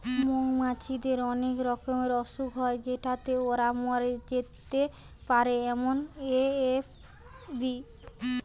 মৌমাছিদের অনেক রকমের অসুখ হয় যেটাতে ওরা মরে যেতে পারে যেমন এ.এফ.বি